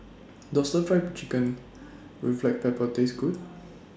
Does Stir Fried Chicken with Black Pepper Taste Good